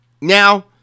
Now